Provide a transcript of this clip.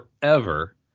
forever